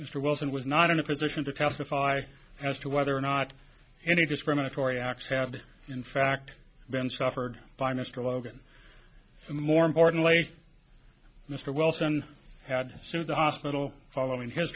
mr wilson was not in a position to testify as to whether or not any discriminatory acts have in fact been suffered by mr logan and more importantly mr wilson had sued the hospital following his